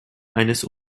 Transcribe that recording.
eines